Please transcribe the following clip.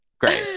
Great